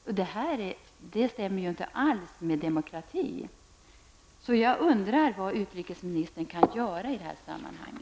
Detta stämmer ju inte alls överens med begreppet demokrati. Jag undrar vad utrikesministern kan göra i detta sammanhang.